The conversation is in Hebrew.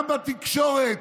גם בתקשורת,